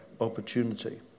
opportunity